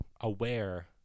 aware